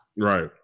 Right